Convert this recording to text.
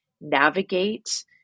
navigate